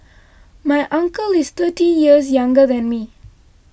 my uncle is thirty years younger than me